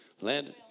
Landon